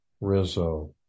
Rizzo